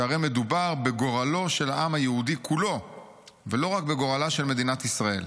שהרי מדובר בגורלו של העם היהודי כולו ולא רק בגורלה של מדינת ישראל.